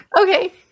Okay